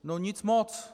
No nic moc.